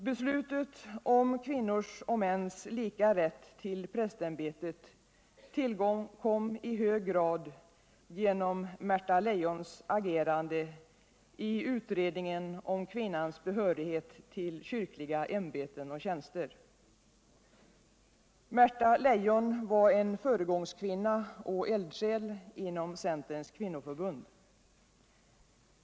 Beslutet om kvinnors och mäns lika rätt till prästämbetet tillkom i hög grad genom Märta Leijons agerande i utredningen om kvinnans behörighet till kyrkliga ämbeten och tjänster. Märta Leijon var en föregångskvinna och eldsjäl inom centerns kvinnoförbund.